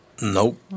Nope